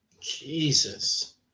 Jesus